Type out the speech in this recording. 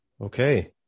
Okay